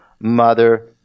mother